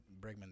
Bregman